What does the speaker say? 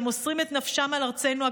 שמוסרים את נפשם על ארצנו הקדושה,